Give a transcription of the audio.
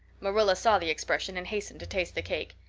marilla saw the expression and hastened to taste the cake.